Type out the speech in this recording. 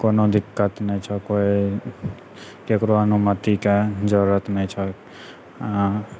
कोनो दिक्कत नहि छौ कोई ककरो अनुमतीके जरुरत नहि छौ आओर